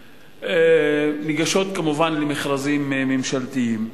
ניגשות, כמובן, למכרזים ממשלתיים.